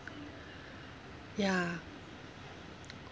ya